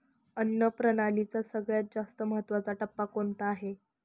अन्न प्रणालीचा सगळ्यात जास्त महत्वाचा टप्पा कोणता आहे?